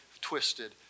twisted